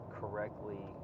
correctly